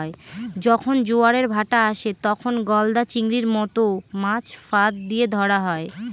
যখন জোয়ারের ভাঁটা আসে, তখন গলদা চিংড়ির মত মাছ ফাঁদ দিয়ে ধরা হয়